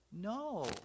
No